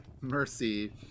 mercy